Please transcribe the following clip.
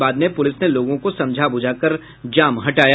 बाद में पुलिस ने लोगों को समझा बुझाकर जाम हटाया